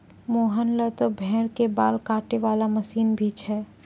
मोहन लॅ त भेड़ के बाल काटै वाला मशीन भी छै